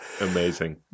Amazing